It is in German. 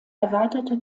erweiterte